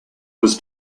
was